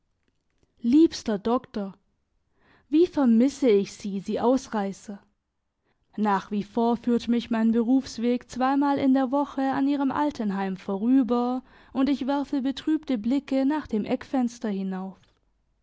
liebster doktor wie vermisse ich sie sie ausreisser nach wie vor führt mich mein berufsweg zweimal in der woche an ihrem alten heim vorüber und ich werfe betrübte blicke nach dem eckfenster hinauf